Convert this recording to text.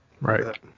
Right